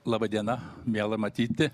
laba diena miela matyti